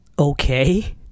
okay